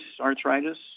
arthritis